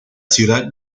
ciudad